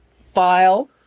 file